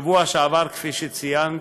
בשבוע שעבר, כפי שציינת,